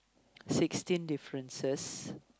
sixteen differences